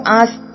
ask